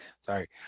Sorry